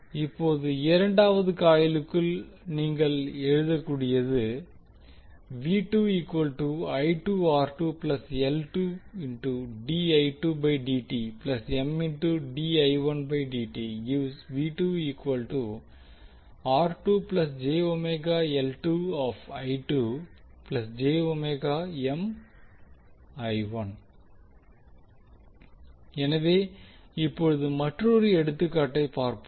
இப்போது இரண்டாவது காயிலுக்கு நீங்கள் எழுதக்கூடியது எனவே இப்போது மற்றொரு எடுத்துக்காட்டை பார்ப்போம்